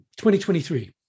2023